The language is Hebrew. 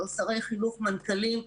שרי חינוך ומנכ"לים,